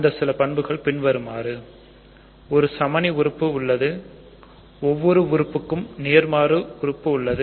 அந்த சில பண்புகள் பின்வருமாறு ஒரு சமணி உறுப்பு உள்ளது